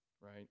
right